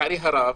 לצערי הרב.